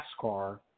nascar